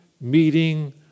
meeting